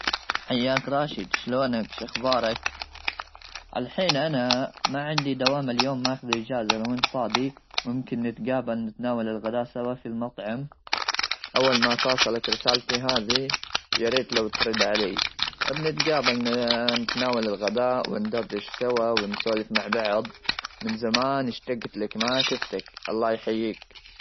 حياك راشد شلونك شو اخبارك ,الحين انا ما عندي دوام اليوم ماخذه اجازه لو انت فاضي ممكن نتقابل نتناول الغداء سوا في المطعم ,اول ما تصلك رسالتي هذه يا ريت لو ترد علي بنتقابل نتناول الغداء ,وندردش سوا ونسولف مع بعض من زمان اشتقت لك ما شفتك الله يحييك.